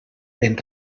ben